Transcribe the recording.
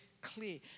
clear